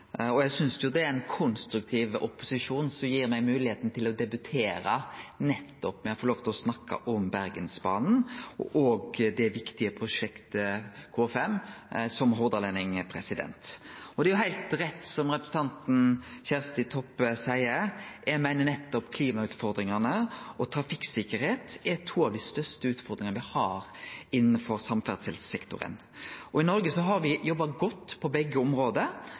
Eg synest jo det er ein konstruktiv opposisjon som gir meg moglegheita til å debutere nettopp med å få lov til å snakke om Bergensbanen, og som hordalending òg det viktige prosjektet K5. Det er heilt rett som representanten Kjersti Toppe seier. Eg meiner at nettopp klimautfordringane og trafikksikkerheit er to av dei største utfordringane me har innanfor samferdselssektoren. I Noreg har me jobba godt på begge område,